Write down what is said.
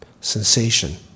sensation